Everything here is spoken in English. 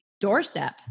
doorstep